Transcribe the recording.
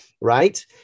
right